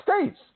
States